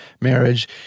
marriage